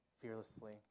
fearlessly